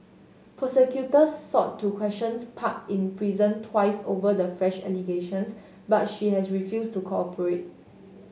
prosecutors sought to questions Park in prison twice over the fresh allegations but she has refused to cooperate